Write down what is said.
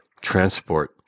transport